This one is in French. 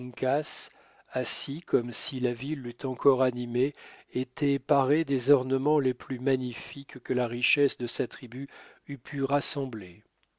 assis comme si la vie l'eût encore animé était paré des ornements les plus magnifiques que la richesse de sa tribu eût pu rassembler